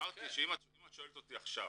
אמרתי שאם את שואלת אותי עכשיו